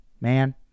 man